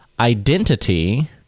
identity